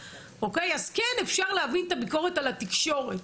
אוקי, אז כן אפשר להבין את הביקורת על התקשורת,